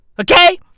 Okay